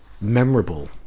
memorable